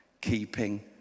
keeping